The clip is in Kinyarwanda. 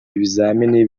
bizamini